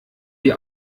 die